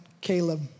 Caleb